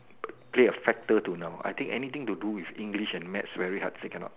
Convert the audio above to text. play a factor to now I think anything to do with English and math very hard to say can not